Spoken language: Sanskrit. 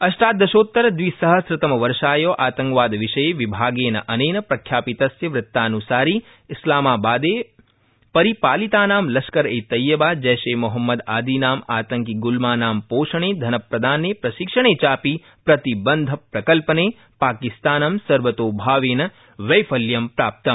अष्ट दिशोत्तर द्वि सहम्र तम वर्षाय आतंकवाद विषये विभागेन प्रख्यापितस्य वृत्तान्सारि इस्लामाबादे परिपालितानाम् लश्कर ए तैयबा जैश ए मोहम्मदादिनाम् आतंकिग्ल्मानां पोषणे धनप्रदाने प्रशिक्षणे चापि प्रतिबन्ध प्रकल्पने पाकिस्तानं सर्वतोभावेन वैफल्यं प्राप्तम्